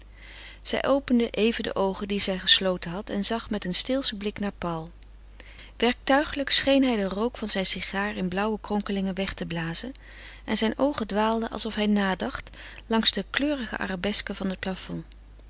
zij opende even de oogen die zij gesloten had en zag met een steelschen blik naar paul werktuiglijk scheen hij den rook van zijn sigaar in blauwe kronkelingen weg te blazen en zijn oogen dwaalden alsof hij nadacht langs de kleurige arabesken van het plafond